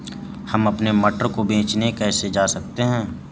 हम अपने मटर को बेचने कैसे जा सकते हैं?